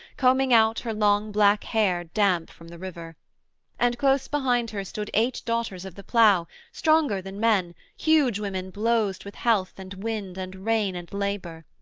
combing out her long black hair damp from the river and close behind her stood eight daughters of the plough, stronger than men, huge women blowzed with health, and wind, and rain, and labour.